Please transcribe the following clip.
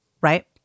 right